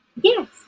Yes